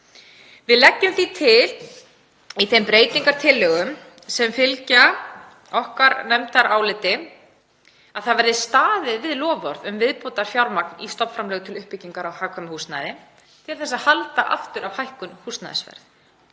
Við leggjum því til í þeim breytingartillögum sem fylgja nefndaráliti okkar að staðið verði við loforð um viðbótarfjármagn í stofnframlög til uppbyggingar á hagkvæmu húsnæði til að halda aftur af hækkun húsnæðisverðs.